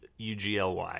UGLY